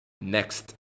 next